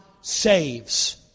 saves